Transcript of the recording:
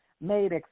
Made